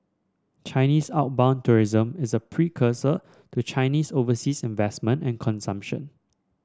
Chinese outbound tourism is a precursor to Chinese overseas investment and consumption